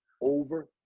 over